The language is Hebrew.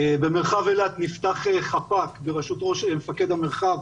במרחב אילת נפתח חפ"ק בראשות מפקד המרחב